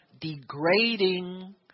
degrading